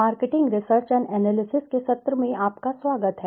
marketing research and analysis के सत्र में आपका स्वागत है